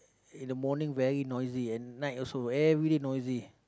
in the morning very noisy at night also very noisy